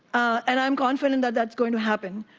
and i am confident that's going to happen,